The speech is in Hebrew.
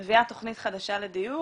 מביאה תכנית חדשה לדיור,